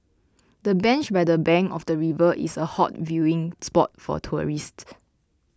the bench by the bank of the river is a hot viewing spot for tourists